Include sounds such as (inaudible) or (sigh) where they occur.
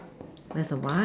(noise) there's a what